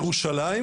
בירושלים,